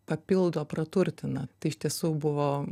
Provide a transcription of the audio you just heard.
papildo praturtina tai iš tiesų buvo